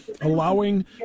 allowing